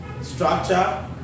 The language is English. structure